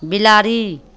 बिलाड़ि